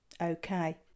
Okay